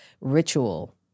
ritual